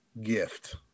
gift